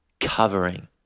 Covering